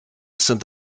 sent